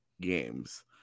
games